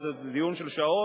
זה דיון של שעות,